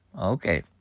Okay